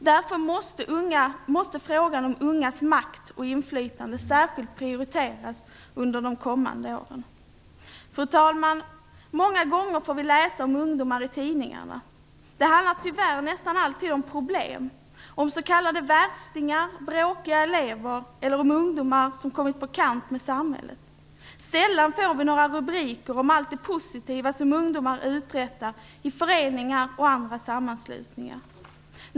Därför måste frågan om ungas makt och inflytande särskilt prioriteras under de kommande åren. Fru talman! Många gånger får vi läsa om ungdomar i tidningarna. Det handlar tyvärr nästan alltid om problem, om s.k. värstingar, bråkiga elever eller om ungdomar som kommit på kant med samhället. Sällan får vi några rubriker om allt det positiva som ungdomar uträttar i föreningar och andra sammanslutningar.